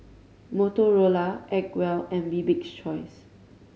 Motorola Acwell and Bibik's Choice